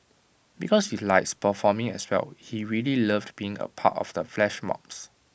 because he likes performing as well he really loved being A part of the flash mobs